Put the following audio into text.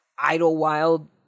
Idlewild